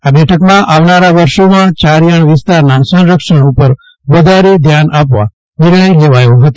આ બેઠકમાં આવનારા વર્ષોમાં ચરિયાણ વિસ્તારના સંરક્ષણ ઉપર વધારે ધ્યાન આપવા નિર્ણય લેવાયો હ્તો